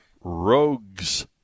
rogues